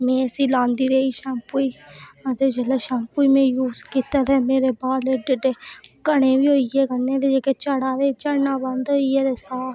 में इसी लांदी रेही शैम्पू ई अते जेल्लै शैम्पू में यूज कीता मेरे बाल एड्डे एड्डे घने बी होई गे कन्नै ते जेह्के झड़ै दे झड़ना बंद होई गे ते